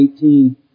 18